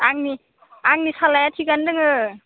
आंनि सालाया थिगानो दोङो